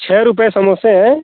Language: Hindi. छः रुपये समोसे हैं